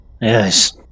Yes